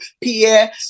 Pierre